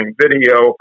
video